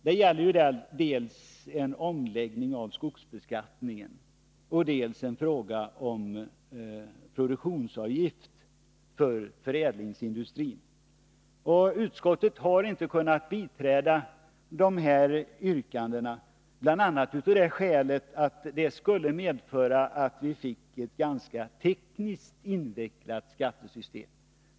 Det gäller dels en omläggning av skogsbeskattningen, dels frågan om produktionsavgifter för förädlingsindustrin. Utskottet har inte kunnat biträda yrkandena, bl.a. av det skälet att det skulle medföra att vi fick ett tekniskt ganska invecklat skattesystem.